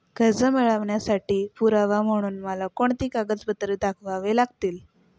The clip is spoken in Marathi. कर्ज मिळवण्यासाठी पुरावा म्हणून मला कोणती कागदपत्रे दाखवावी लागतील?